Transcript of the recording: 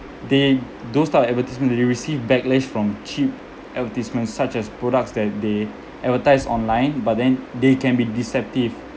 they those type of advertisement they will receive backlash from cheap advertisements such as products that they advertise online but then they can be deceptive